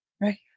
Right